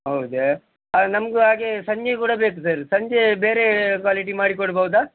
ಹೌದಾ ಹಾಂ ನಮಗೂ ಹಾಗೇ ಸಂಜೆ ಕೂಡ ಬೇಕು ಸರ್ ಸಂಜೆ ಬೇರೆ ಕ್ವಾಲಿಟಿ ಮಾಡಿ ಕೊಡ್ಬೋದಾ